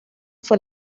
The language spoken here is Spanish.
fue